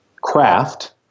craft